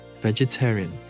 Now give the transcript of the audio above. vegetarian